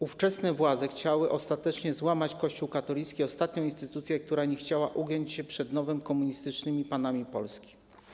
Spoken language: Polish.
Ówczesne władze chciały ostatecznie złamać Kościół katolicki, ostatnią instytucję, która nie chciała ugiąć się przed nowymi, komunistycznymi panami Polski.